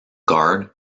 guard